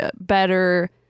better